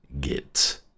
get